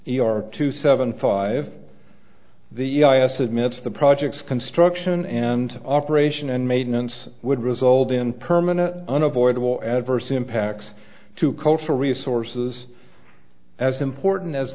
the are two seven five the last admits the projects construction and operation and maintenance would result in permanent unavoidable adverse impacts to cultural resources as important as